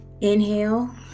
Inhale